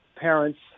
parents